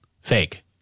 Fake